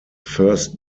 first